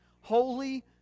Holy